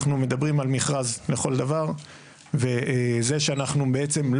אנחנו מדברים על מכרז לכל דבר וזה שאנחנו בעצם,